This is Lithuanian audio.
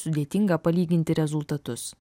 sudėtinga palyginti rezultatus